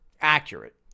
accurate